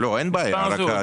אין בעיה.